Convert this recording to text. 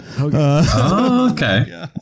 okay